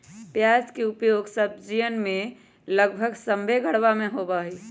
प्याज के उपयोग सब्जीयन में लगभग सभ्भे घरवा में होबा हई